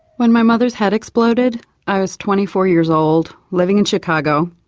when my mother's head exploded i was twenty four years old, living in chicago,